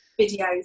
videos